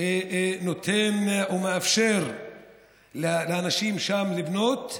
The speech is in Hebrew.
לא נותן או מאפשר לאנשים שם לבנות,